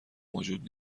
موجود